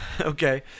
Okay